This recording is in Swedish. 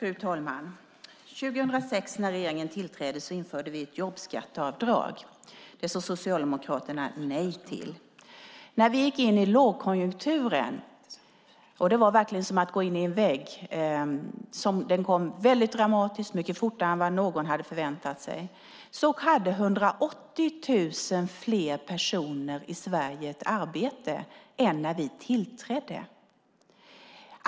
Fru talman! År 2006 när regeringen tillträdde införde vi ett jobbskatteavdrag. Det sade Socialdemokraterna nej till. När vi gick in i lågkonjunkturen - det var verkligen som att gå in i en vägg - som kom dramatiskt och mycket fortare än vad någon hade förväntat sig hade 180 000 fler personer i Sverige ett arbete än när vi tillträdde.